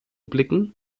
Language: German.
blicken